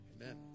Amen